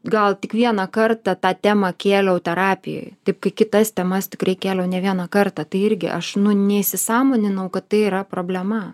gal tik vieną kartą tą temą kėliau terapijoj taip kai kitas temas tikrai kėliau ne vieną kartą tai irgi aš nu neįsisąmoninau kad tai yra problema